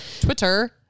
Twitter